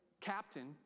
captain